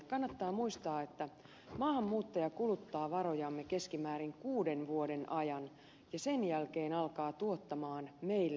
kannattaa muistaa että maahanmuuttaja kuluttaa varojamme keskimäärin kuuden vuoden ajan ja sen jälkeen alkaa tuottaa meille päin